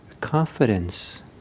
confidence